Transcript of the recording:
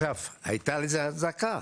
והייתה לזה הצדקה,